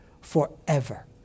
forever